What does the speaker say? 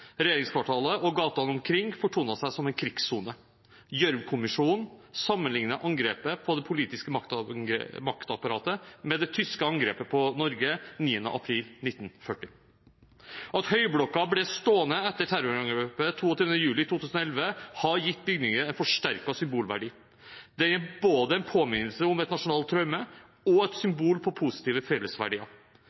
Regjeringskvartalet og gatene omkring fortonet seg som en krigssone. Gjørv-kommisjonen sammenlignet angrepet på det politiske maktapparatet med det tyske angrepet på Norge 9. april 1940. At Høyblokka ble stående etter terrorangrepet 22. juli 2011, har gitt bygningen en forsterket symbolverdi. Den er både en påminnelse om et nasjonalt traume og et symbol på positive fellesverdier.